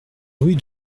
rue